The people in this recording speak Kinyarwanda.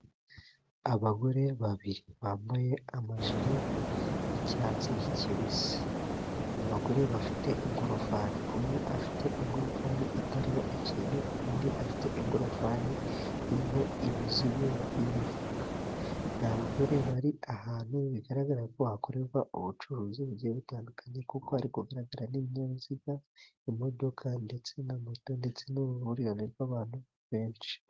Abagore babiri bambaye amajire y'icyatsi kibisi. Abagore bafite ingorofani. Umwe afite ingorofani itariho ikintu, undi afite ingorofani iriho imizigo y'imifuka. Ni abagore bari ahantu bigaragara ko hakorerwa ubucuruzi bugiye butandukanye, kuko hari kugaragara n'ibinyabiziga, imodokadoka ndetse na moto, ndetse n'uruhurirane rw'abantu benshi.